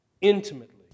intimately